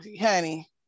honey